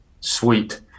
Sweet